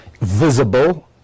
visible